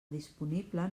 disponible